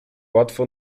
łatwo